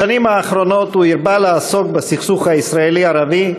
בשנים האחרונות הוא הרבה לעסוק בסכסוך הישראלי ערבי,